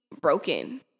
broken